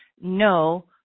No